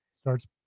starts